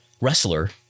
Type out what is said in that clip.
wrestler